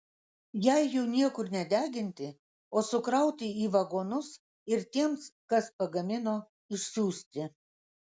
jei jų niekur nedeginti o sukrauti į vagonus ir tiems kas pagamino išsiųsti